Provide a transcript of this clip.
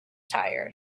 tired